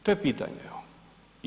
To je pitanje, evo.